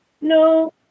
No